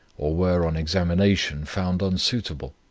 or were, on examination, found unsuitable.